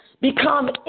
Become